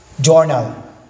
journal